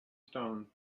stone